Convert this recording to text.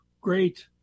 great